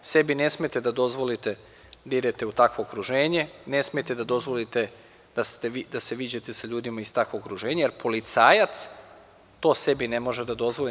Sebi ne smete da dozvolite da idete u takvo okruženje, ne smete da dozvolite da se viđate sa ljudima iz takvog okruženja, jer policajac to sebi ne može da dozvoli.